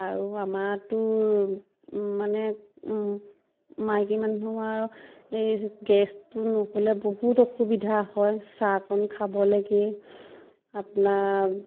আৰু আমাতো মানে মাইকী মানুহৰ এই গেছটো নহ'লে বহুত অসুবিধা হয় চাহকণ খাবলেকে আপোনাৰ